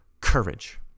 courage